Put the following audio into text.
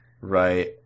Right